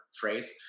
phrase